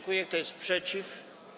Kto jest przeciw?